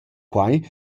quai